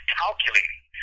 calculating